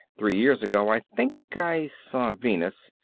three years ago i think i saw venus.